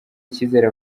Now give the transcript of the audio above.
icyizere